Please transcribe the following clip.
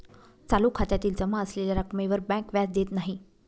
चालू खात्यातील जमा असलेल्या रक्कमेवर बँक व्याज देत नाही